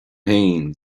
féin